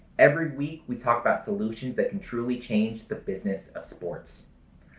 every week we talk about solutions that can truly change the business of sport.